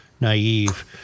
naive